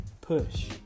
push